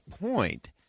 point